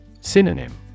Synonym